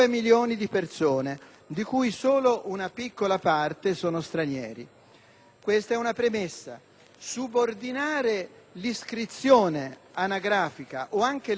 Questa è una premessa. Subordinare l'iscrizione anagrafica, o anche la variazione dell'iscrizione anagrafica, alla verifica